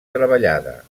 treballada